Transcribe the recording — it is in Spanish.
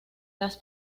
las